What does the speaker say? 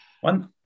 One